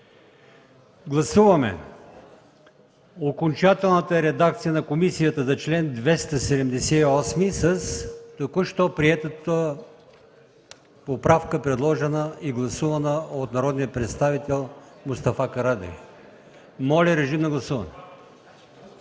Гласуваме окончателната редакция на комисията за чл. 278 с току-що приетата поправка, предложена и гласувана, от народния представител Мустафа Карадайъ. Моля, режим на гласуване.